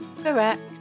correct